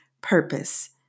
purpose